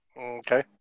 Okay